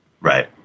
Right